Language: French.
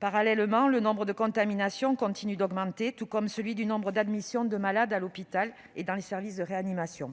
Parallèlement, le nombre de contaminations continue d'augmenter, tout comme celui du nombre d'admissions de malades à l'hôpital et dans les services de réanimation.